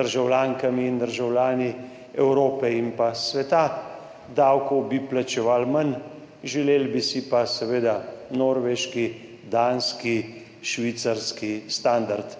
državljankami in državljani Evrope in sveta, davkov bi plačevali manj, želeli bi si pa seveda norveški, danski, švicarski standard.